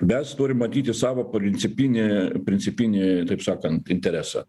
mes turim matyti savo principinį principinį taip sakant interesą